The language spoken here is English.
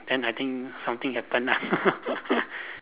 then I think something happen ah